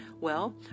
Well